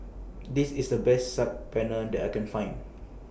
This IS The Best Saag Paneer that I Can Find